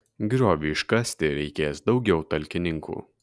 grioviui iškasti reikės daugiau talkininkų